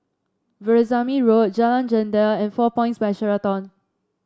Veerasamy Road Jalan Jendela and Four Points By Sheraton